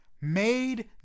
made